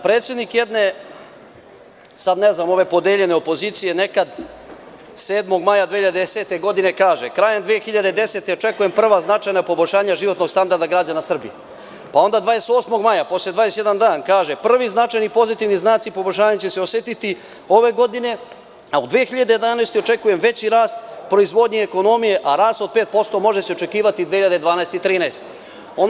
Predsednik jedne, sada ne znam, ove podeljene opozicije, nekad 7. maja 2010. godine kaže – krajem 2010. očekujem prva značajna poboljšanja životnog standarda građana Srbije, pa onda 28. maja posle 21 dan, kaže – prvi značajni pozitivni znaci poboljšanja će se osetiti ove godine, a u 2011. očekujem veći rast proizvodnje i ekonomije, a rashod od 5% može se očekivati 2012. i 2013. godine.